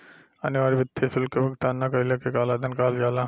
अनिवार्य वित्तीय शुल्क के भुगतान ना कईला के कालाधान कहल जाला